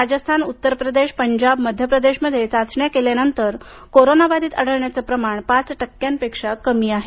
राजस्थान उत्तरप्रदेश पंजाब मध्यप्रदेशमध्ये चाचण्या केल्यानंतर कोरोना बाधित आढळण्याचे प्रमाण पाच टक्क्यांपेक्षा कमी आहे